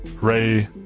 Ray